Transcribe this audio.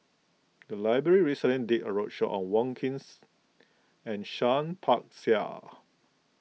the library recently did a roadshow on Wong Keen and Seah Peck Seah